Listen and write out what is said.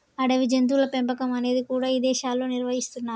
అడవి జంతువుల పెంపకం అనేది కూడా ఇదేశాల్లో నిర్వహిస్తున్నరు